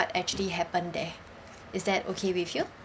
actually happened there is that okay with you